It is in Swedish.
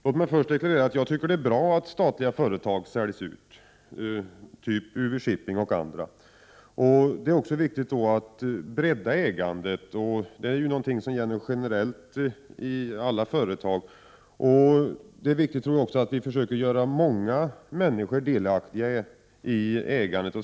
Låt mig först deklarera att jag tycker att det är bra att statliga företag säljs ut, företag typ UV-Shipping och andra. Det är då viktigt att bredda ägandet — det gäller generellt i alla företag — och det är också viktigt att försöka göra många människor delaktiga i ägandet.